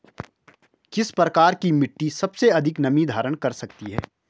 किस प्रकार की मिट्टी सबसे अधिक नमी धारण कर सकती है?